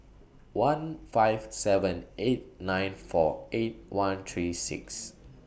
one five seven eight nine four eight one three six